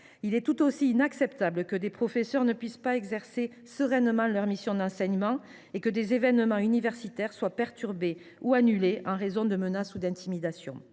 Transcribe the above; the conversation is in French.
Il est tout aussi inacceptable que des professeurs ne puissent exercer sereinement leur mission d’enseignement et que des événements universitaires soient perturbés ou annulés en raison de menaces ou d’intimidations.